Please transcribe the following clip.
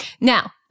Now